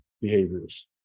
behaviors